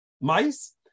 mice